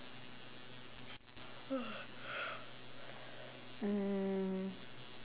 mm